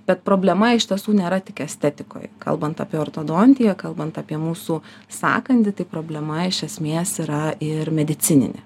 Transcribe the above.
bet problema iš tiesų nėra tik estetikoje kalbant apie ortodontiją kalbant apie mūsų sąkandį tai problema iš esmės yra ir medicininė